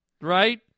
Right